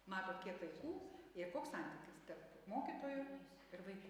matot kiek vaikų ir koks santykis tarp mokytojų ir vaikų